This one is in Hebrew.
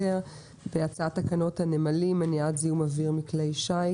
נדון להצעת תקנות הנמלים (מניעת זיהום אוויר מכלי שיט),